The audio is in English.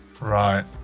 Right